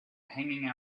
hanging